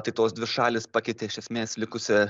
tai tos dvi šalys pakeitė iš esmės likusią